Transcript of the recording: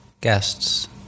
guests